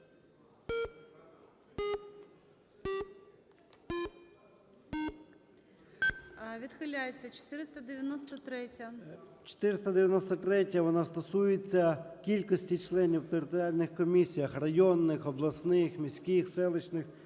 О.М. 493-я, вона стосується кількості членів в територіальних комісіях районних, обласних, міських, селищних